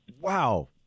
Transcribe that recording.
Wow